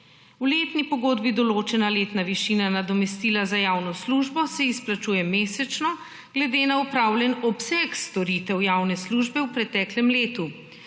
V letni pogodbi določena letna višina nadomestila za javno službo se izplačuje mesečno glede na opravljen obseg storitev javne službe v preteklem letu.